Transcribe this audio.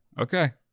Okay